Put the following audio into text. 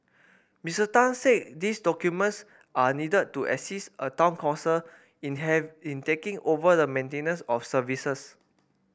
Mister Tan said these documents are needed to assist a town council in have in taking over the maintenance of services